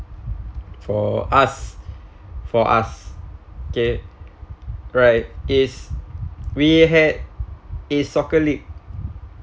for us for us okay right is we had a soccer league